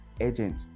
agent